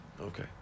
Okay